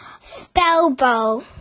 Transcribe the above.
Spellbow